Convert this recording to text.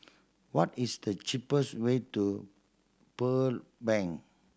what is the cheapest way to Pearl Bank